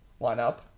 lineup